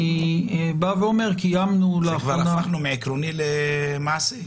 אני בא ואומר שקיימנו לאחרונה הפכנו מעקרוני למעשה.